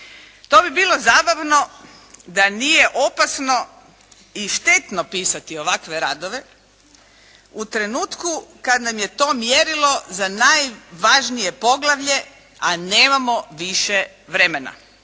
To bi bilo zabavno da nije opasno i štetno pisati ovakve radove u trenutku kada nam je to mjerilo za najvažnije poglavlje, a nemamo više vremena.